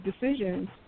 decisions